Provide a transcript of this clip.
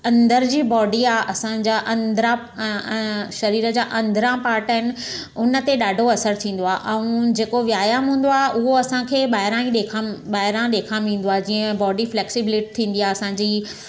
अंदर जी बॉडी आहे असांजा अंदिरां शरीर जा अंदिरां पाट आहिनि उन ते ॾाढो असरु थींदो आहे ऐं जेको व्यायाम हूंदो आहे उहो असांखे ॿाहिरां ई ॾेखाम ॿाहिरां इ ॾेखाम में ईंदो आहे जीअं बॉडी फ्लेक्सिबिलिट थींदी आहे असांजी